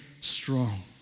strong